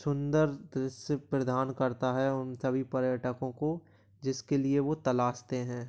सुन्दर दृश्य प्रदान करता है उन सभी पर्यटकों को जिसके लिए वो तलाशते हैं